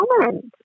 comment